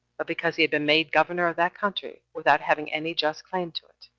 but because he had been made governor of that country without having any just claim to it,